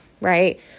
right